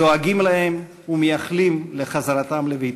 דואגים להם ומייחלים לחזרתם לביתם.